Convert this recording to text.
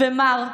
ומר,